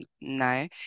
No